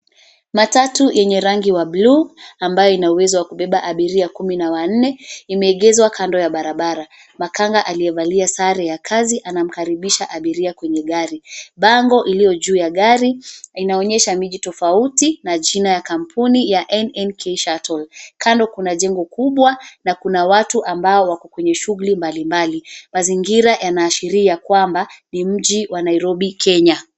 Matatu yenye rangi wa buluu, ambayo ina uwezo wakubeba abiria kumi na wanne, imeegezwa kando ya barabara. Makanga aliyevalia sare ya kazi anamkaribisha abiria kwenye gari. Bango lililo juu ya gari, inaonyesha miji tofauti na jina ya kampuni ya NNK SHUTTLE . Kando kuna jengo kubwa, na kuna watu ambao wako kwenye shughuli mbalimbali. Mazingira yanaashiria kwamba, ni mji wa Nairobi Kenya.